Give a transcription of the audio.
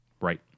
Right